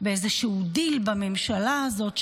באיזשהו דיל בממשלה הזאת,